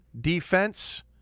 defense